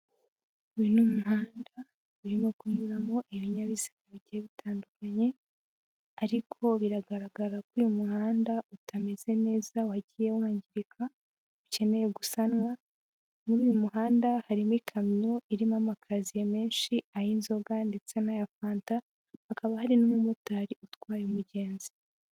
Uyu ni umuhanda urimo kunyuramo ibinyabiziga bigiye bitandukanye, ariko biragaragara ko uyu muhanda utameze neza wagiye wangirika ukeneye gusanwa, muri uyu muhanda harimo ikamyo irimo amakaziye menshi ay'inzoga ndetse n'aya fanta, hakaba hari n'umumotari utwaye umugenzi.